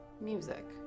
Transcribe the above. music